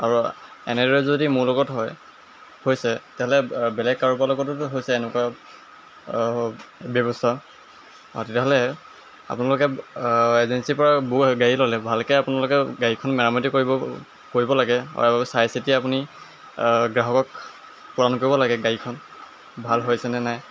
আৰু এনেদৰে যদি মোৰ লগত হয় হৈছে তেনে বেলেগ কাৰোবাৰ লগতোতো হৈছে এনেকুৱা ব্যৱস্থা তেতিয়াহ'লে আপোনালোকে এজেঞ্চিৰ পৰা বু গাড়ী ল'লে ভালকৈ আপোনালোকে গাড়ীখন মেৰামেতি কৰিব কৰিব লাগে আৰু চাই চিতি আপুনি গ্ৰাহকক প্ৰদান কৰিব লাগে গাড়ীখন ভাল হৈছেনে নাই